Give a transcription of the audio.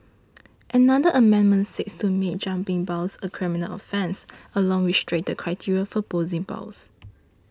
another amendment seeks to make jumping bail a criminal offence along with stricter criteria for posting bail